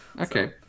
Okay